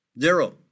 Zero